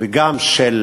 גם של